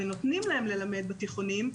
ונותנים להם ללמד בתיכונים,